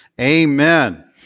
amen